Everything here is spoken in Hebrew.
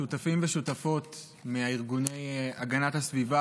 שותפים ושותפות מארגוני הגנת הסביבה